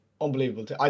unbelievable